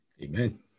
Amen